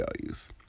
values